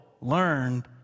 learned